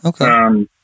Okay